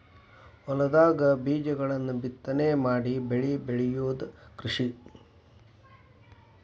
ಹೊಲದಾಗ ಬೇಜಗಳನ್ನ ಬಿತ್ತನೆ ಮಾಡಿ ಬೆಳಿ ಬೆಳಿಯುದ ಕೃಷಿ